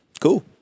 Cool